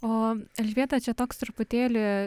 o elžbieta čia toks truputėlį